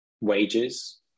wages